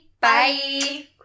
Bye